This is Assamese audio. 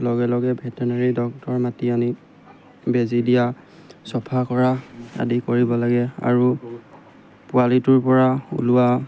লগে লগে ভেটেৰিনেৰী ডক্তৰ মাতি আনি বেজি দিয়া চফা কৰা আদি কৰিব লাগে আৰু পোৱালিটোৰ পৰা ওলোৱা